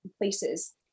places